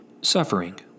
Suffering